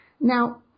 Now